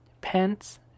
pants